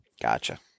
Gotcha